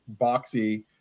boxy